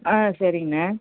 ஆ சரிங்கண்ணே